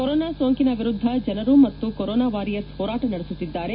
corona ಸೋಂಕಿನ ವಿರುದ್ಧ ಜನರು ಮತ್ತು ಕೊರೊನಾ ವಾರಿಯರ್ಸ್ ಹೋರಾಟ ನಡೆಸುತ್ತಿದ್ದಾರೆ